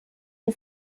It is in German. die